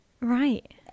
Right